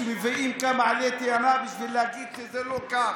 שמביאים כמה עלי תאנה בשביל להגיד שזה לא כך.